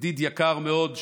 ידיד יקר מאוד,